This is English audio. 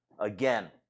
Again